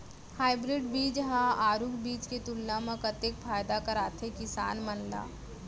Hybrid बीज हा आरूग बीज के तुलना मा कतेक फायदा कराथे किसान मन ला?